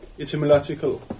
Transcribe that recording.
etymological